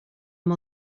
amb